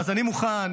אני מוכן,